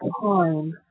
time